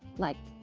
like,